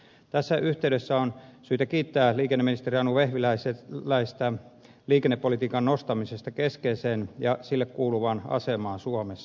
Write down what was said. tässä yhteydessä on syytä kiittää liikenneministeri anu vehviläistä liikennepolitiikan nostamisesta keskeiseen ja sille kuuluvaan asemaan suomessa